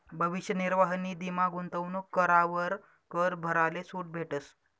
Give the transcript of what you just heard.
भविष्य निर्वाह निधीमा गूंतवणूक करावर कर भराले सूट भेटस